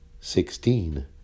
sixteen